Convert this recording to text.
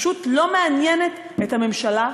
פשוט לא מעניינת את הממשלה.